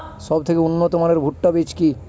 সবথেকে উন্নত মানের ভুট্টা বীজ কি?